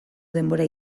denbora